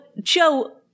Joe